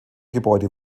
gebäude